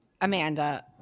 amanda